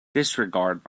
disregard